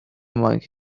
monkey